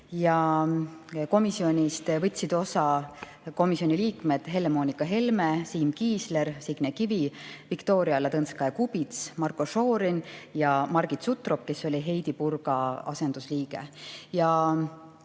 [istungist] võtsid osa komisjoni liikmed Helle-Moonika Helme, Siim Kiisler, Signe Kivi, Viktoria Ladõnskaja-Kubits, Marko Šorin ja Margit Sutrop, kes oli Heidy Purga asendusliige.